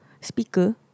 Speaker